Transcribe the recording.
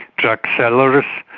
drug sellers,